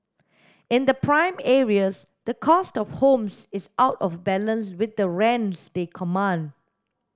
in the prime areas the cost of homes is out of balance with the rents they command